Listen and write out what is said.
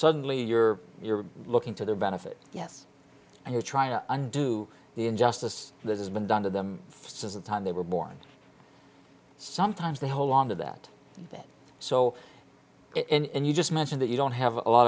suddenly you're you're looking to their benefit yes and you're trying to undo the injustice that has been done to them since the time they were born sometimes they whole longer that they're so it and you just mentioned that you don't have a lot